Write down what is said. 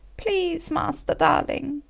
please, master darling,